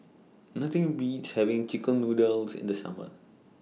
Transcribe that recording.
Nothing Beats having Chicken Noodles in The Summer